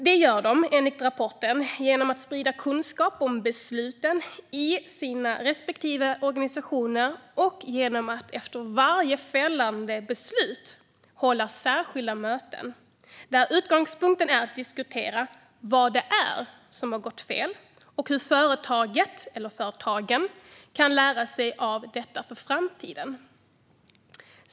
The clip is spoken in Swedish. Det gör de, enligt rapporten, genom att sprida kunskap om besluten i sina respektive organisationer och genom att efter varje fällande beslut hålla särskilda möten, där utgångspunkten är att diskutera vad som har gått fel och hur företaget eller företagen kan lära sig av detta för framtiden.